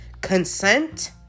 Consent